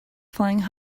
flying